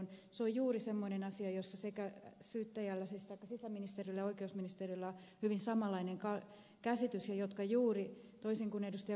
se on juuri semmoinen asia jossa sisäministeriöllä ja oikeusministeriöllä on hyvin samanlainen käsitys ja joka juuri toisin kuin ed